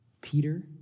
Peter